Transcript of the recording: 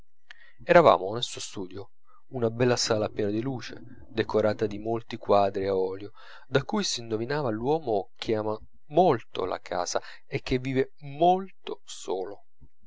eravamo nel suo studio una bella sala piena di luce decorata di molti quadri a olio da cui s'indovinava l'uomo che ama molto la casa e che vive molto solo